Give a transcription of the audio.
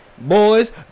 boys